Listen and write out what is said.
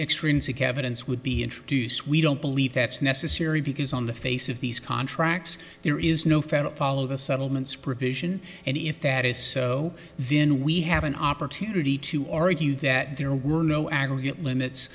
evidence would be introduced we don't believe that's necessary because on the face of these contracts there is no federal follow the settlements provision and if that is so then we have an opportunity to argue that there were no aggregate limits